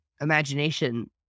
imagination